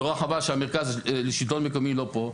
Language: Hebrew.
נורא חבל שהמרכז לשלטון מקומי לא פה.